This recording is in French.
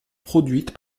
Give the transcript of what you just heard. produite